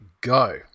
go